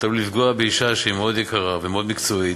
אתה עלול לפגוע באישה שהיא מאוד יקרה ומאוד מקצועית,